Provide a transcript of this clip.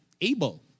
able